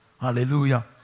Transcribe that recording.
hallelujah